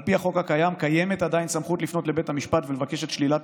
שעל פי החוק הקיים קיימת עדיין סמכות לפנות לבית המשפט לבקש את שלילת